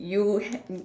you